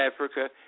Africa